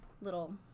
little